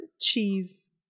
cheese